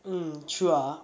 mm true ah